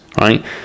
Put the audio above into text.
right